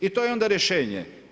I to je onda rješenje.